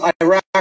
Iraq